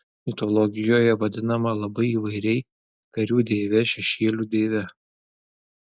mitologijoje vadinama labai įvairiai karių deive šešėlių deive